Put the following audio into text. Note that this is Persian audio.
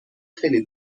خیلی